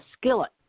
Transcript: skillet